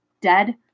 dead